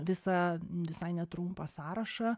visą visai netrumpą sąrašą